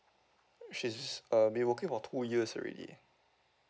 she's um been working for two years already